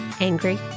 angry